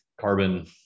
carbon